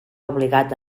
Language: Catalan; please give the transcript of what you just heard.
obligat